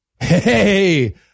Hey